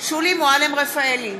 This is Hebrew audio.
שולי מועלם-רפאלי,